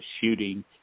shooting